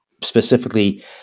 specifically